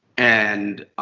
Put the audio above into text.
and